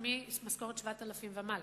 זה ממשכורת 7,000 שקל ומעלה,